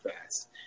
fast